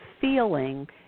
feeling